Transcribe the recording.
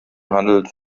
handelt